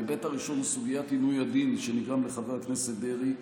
ההיבט הראשון הוא סוגיית עינוי הדין שנגרם לחבר הכנסת דרעי.